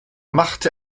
machte